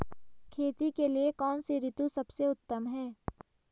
खेती के लिए कौन सी ऋतु सबसे उत्तम है?